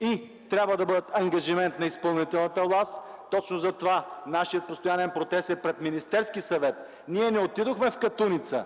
и трябва да бъдат ангажимент на изпълнителната власт. Точно затова нашият постоянен протест е пред Министерския съвет. Ние не отидохме в Катуница!